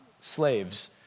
slaves